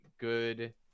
good